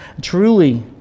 Truly